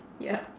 ya